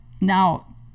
now